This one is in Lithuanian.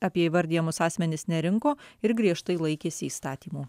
apie įvardijamus asmenis nerinko ir griežtai laikėsi įstatymų